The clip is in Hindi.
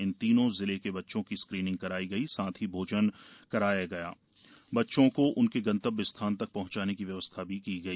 इन तीनो जिले के बच्चों की स्क्रीनिंग कराई गई साथ ही भोजन कराया जाकर बच्चों को उनके गंतव्य स्थान प्र शह्चाने की व्यवस्था की गई